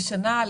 בשנה?